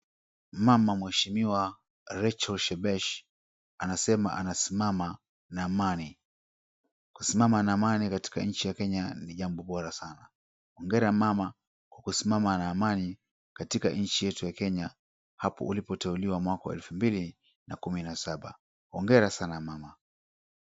Mama mheshimiwa Racheal Shebesh anasema anasimama na amani, kusimama na amani katika nchi ya Kenya ni jambo bora sana. Hongera mama kwa kusimama na amani katika nchi yetu ya kenya hapo ulipoteuliwa mwaka wa elfu mbili na kumi na saba, hongera sana mama.